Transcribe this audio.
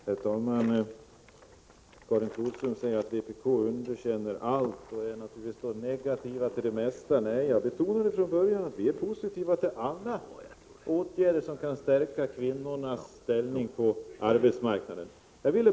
Herr talman! Karin Flodström säger att vpk underkänner allt och att vi är negativa till det mesta. Nej, jag betonade från början att vi är positiva till alla åtgärder som kan stärka kvinnornas ställning på arbetsmarknaden.